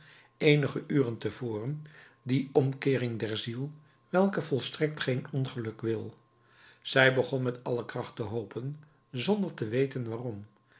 eenige uren te voren die omkeering der ziel welke volstrekt geen ongeluk wil zij begon met alle kracht te hopen zonder te weten waarom